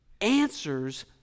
answers